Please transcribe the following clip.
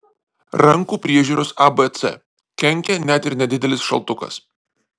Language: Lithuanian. rankų priežiūros abc kenkia net ir nedidelis šaltukas